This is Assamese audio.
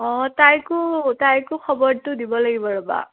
অঁ তাইকো তাইকো খবৰটো দিব লাগিব ৰ'বা